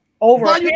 over